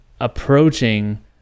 approaching